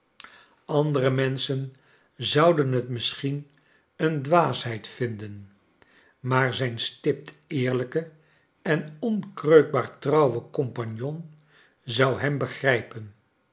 andere menschen zouden het mlsschien een dwaasheid vinden maar zijn stipt eerlijke en onkreukbaar trouwe compagnon zou hem begrijpen